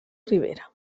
rivera